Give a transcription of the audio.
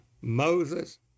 Moses